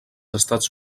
estats